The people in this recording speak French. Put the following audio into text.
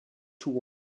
ouen